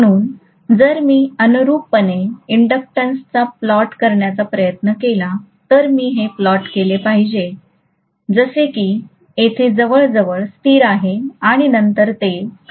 म्हणून जर मी अनुरुपपणे इंडक्शन्सचा प्लॉट रचण्याचा प्रयत्न केला तर मी हे प्लॉट केले पाहिजे जसे की येथे जवळजवळ स्थिर आहे आणि नंतर ते खाली येत आहे